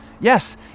Yes